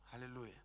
Hallelujah